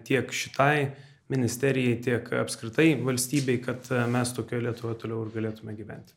tiek šitai ministerijai tiek apskritai valstybei kad mes tokioj lietuvoj toliau ir galėtume gyventi